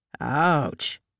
Ouch